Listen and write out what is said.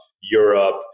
Europe